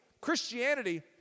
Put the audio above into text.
Christianity